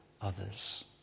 others